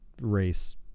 race